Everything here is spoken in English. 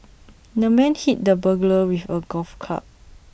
the man hit the burglar with A golf club